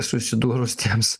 susidūrus tiems